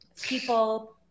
people